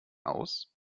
aus